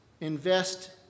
invest